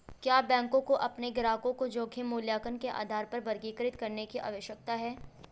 क्या बैंकों को अपने ग्राहकों को जोखिम मूल्यांकन के आधार पर वर्गीकृत करने की आवश्यकता है?